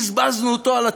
בזבזנו אותו על עצמנו.